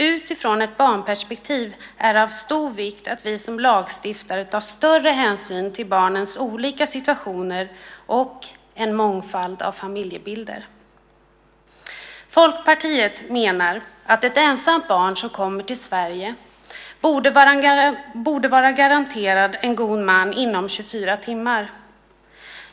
Utifrån ett barnperspektiv är det av stor vikt att vi som lagstiftare tar större hänsyn till barnens olika situationer och en mångfald av familjebilder. Folkpartiet menar att ett ensamt barn som kommer till Sverige borde vara garanterad en god man inom 24 timmar.